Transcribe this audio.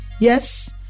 Yes